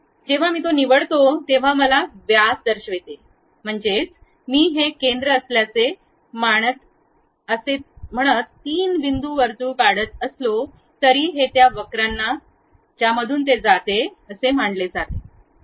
जेव्हा मी ते निवडतो तेव्हा तो मला व्यास दर्शवते म्हणजेच मी हे केंद्र असल्याचे मानत असे म्हणत तीन बिंदू वर्तुळ काढत असलो तरी हे त्या वक्रांना जाते जे त्यामधून जावे असे मानले जाते